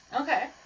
Okay